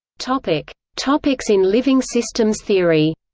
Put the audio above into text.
topics topics in living systems theory